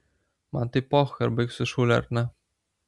man tai pochui ar baigsiu šūlę ar ne